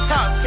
Top